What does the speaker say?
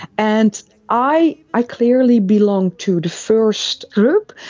and i i clearly belong to the first group,